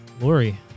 lori